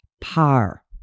par